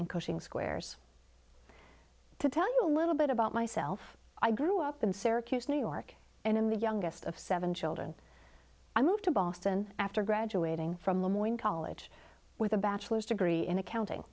coaching squares to tell you a little bit about myself i grew up in syracuse new york and in the youngest of seven children i moved to boston after graduating from college with a bachelor's degree in accounting